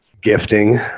gifting